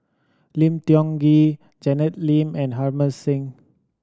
Lim Tiong Ghee Janet Lim and Harbans Singh